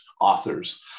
authors